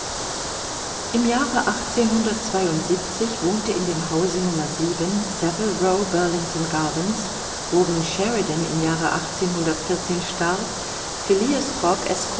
im jahre wohnte in dem hause n servilen gardens worin sheridan im jahre starb